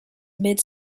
mid